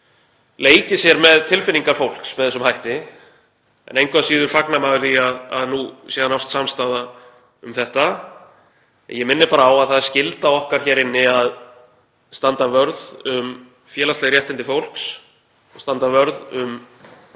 leiki sér með tilfinningar fólks með þessum hætti en engu að síður fagnar maður því að nú sé að nást samstaða um þetta. Ég minni bara á að það er skylda okkar hér inni að standa vörð um félagsleg réttindi fólks og standa vörð um